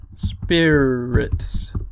Spirits